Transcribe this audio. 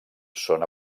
són